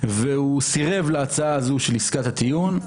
והוא סרב להצעה הזאת של עסקת הטיעון,